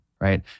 right